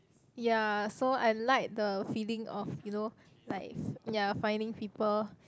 ya so I like the feeling of you know like ya finding people